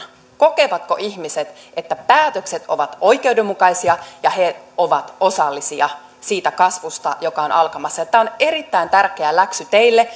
kokevatko ihmiset että päätökset ovat oikeudenmukaisia ja he ovat osallisia siitä kasvusta joka on alkamassa tämä on erittäin tärkeä läksy teille